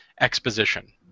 exposition